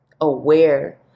Aware